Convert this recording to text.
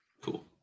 Cool